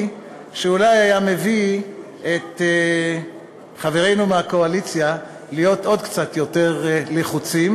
שאולי היה מביא את חברינו מהקואליציה להיות עוד קצת יותר לחוצים,